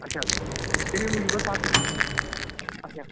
اَچھا تَمے موٗجوٗب حظ سردی اَچھا